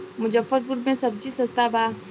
मुजफ्फरपुर में सबजी सस्ता बा